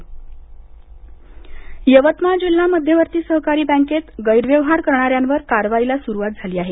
जिल्हा बँक यवतमाळ जिल्हा मध्यवर्ती सहकारी बँकेत गैरव्यवहार करणाऱ्यांवर कारवाईला सुरवात झाली आहे